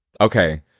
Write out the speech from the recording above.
Okay